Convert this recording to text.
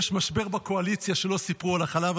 יש משבר בקואליציה שלא סיפרו לך עליו.